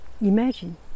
Imagine